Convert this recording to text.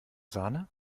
sahne